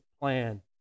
plan